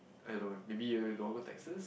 I don't know maybe you want to go want to go Texas